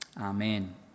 Amen